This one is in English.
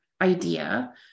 idea